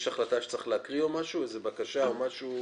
יש החלטה או בקשה או משהו